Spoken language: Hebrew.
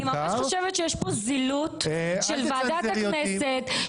אני ממש חושבת שיש פה זילות של ועדת הכנסת,